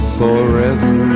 forever